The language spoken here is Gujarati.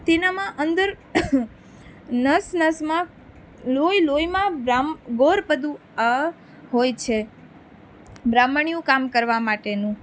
તેનામાં અંદર નસ નસમાં લોહી લોહીમાં ગોર પદું હોય છે બ્રાહ્મણીયુ કામ કરવા માટેનું